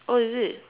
oh is it